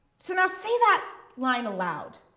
so now say that line aloud,